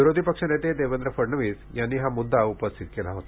विरोधी पक्षनेते देवेंद्र फडणवीस यांनी हा म्द्दा उपस्थित केला होता